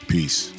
Peace